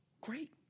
Great